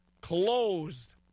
closed